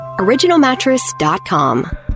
OriginalMattress.com